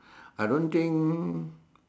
I don't think